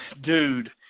dude